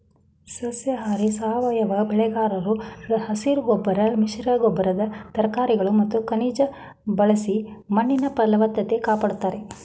ಸಸ್ಯಾಹಾರಿ ಸಾವಯವ ಬೆಳೆಗಾರರು ಹಸಿರುಗೊಬ್ಬರ ಮಿಶ್ರಗೊಬ್ಬರದ ತರಕಾರಿಗಳು ಮತ್ತು ಖನಿಜ ಬಳಸಿ ಮಣ್ಣಿನ ಫಲವತ್ತತೆ ಕಾಪಡ್ತಾರೆ